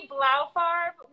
Blaufarb